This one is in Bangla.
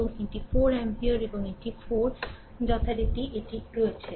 এবং এটি 4 অ্যাম্পিয়ার এবং এটি 4 যথারীতি এটি রয়েছে